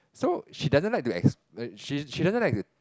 so she doesn't like to ex~ she she doesn't like to